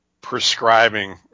prescribing